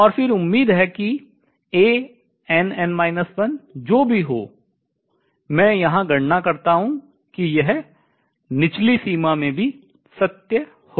और फिर उम्मीद है कि जो भी हो मैं यहां गणना करता हूँ कि यह निचली सीमा में भी सत्य होगा